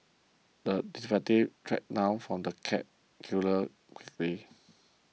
the detective tracked down the cat killer quickly